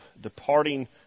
departing